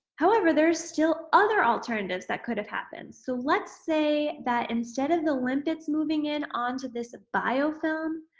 however, there's still other alternatives that could have happened. so, let's say that instead of the limpets moving in onto this biofilm,